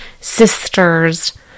sister's